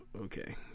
Okay